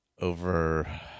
over